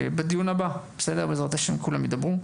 בדיון הבא, בעזרת השם, כולם ידברו.